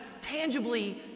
tangibly